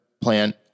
plan